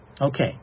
Okay